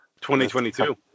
2022